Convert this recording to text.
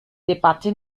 debatte